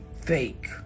fake